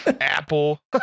apple